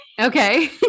Okay